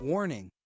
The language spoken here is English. Warning